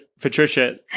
Patricia